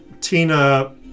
Tina